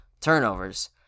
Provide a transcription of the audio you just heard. turnovers